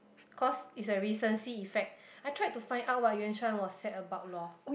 cause it's a recency effect I tried to find out what Yuan-Shan was said about lor